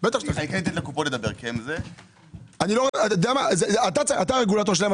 אתה הרגולטור שלהם.